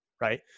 right